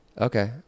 okay